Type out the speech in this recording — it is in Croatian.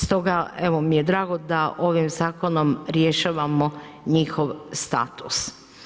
Stoga mi je drago da ovim zakonom rješavamo njihov status.